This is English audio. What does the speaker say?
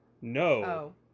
no